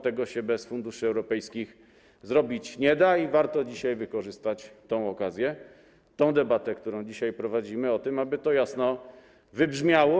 Tego się bez funduszy europejskich zrobić nie da i warto wykorzystać tę okazję, tę debatę, którą dzisiaj prowadzimy, aby to jasno wybrzmiało.